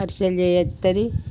అరిషెలు జేయత్తది